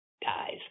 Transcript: guys